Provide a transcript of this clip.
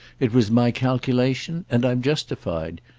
it was my calculation, and i'm justified.